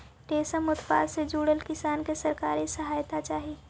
रेशम उत्पादन से जुड़ल किसान के सरकारी सहायता चाहि